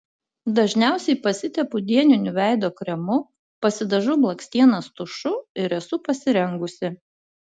dažniausiai pasitepu dieniniu veido kremu pasidažau blakstienas tušu ir esu pasirengusi